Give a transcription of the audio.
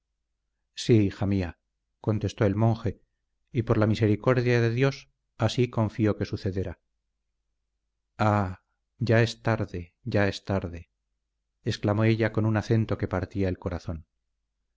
sí hija mía contestó el monje y por la misericordia de dios así confío que sucederá ah ya es tarde ya es tarde exclamó ella con un acento que partía el corazón